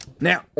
Now